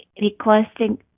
requesting